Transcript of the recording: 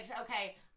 Okay